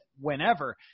whenever